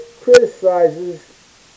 criticizes